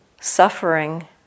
suffering